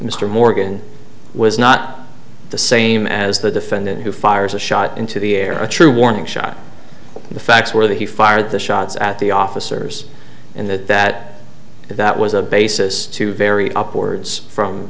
mr morgan was not the same as the defendant who fires a shot into the air a true warning shot the facts were that he fired the shots at the officers and that that that was a basis to vary upwards from